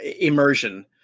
immersion